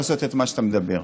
לעשות את מה שאתה מדבר.